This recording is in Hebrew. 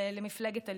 ולמפלגת הליכוד,